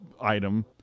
item